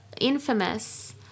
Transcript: infamous